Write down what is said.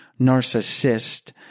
narcissist